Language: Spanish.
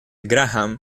graham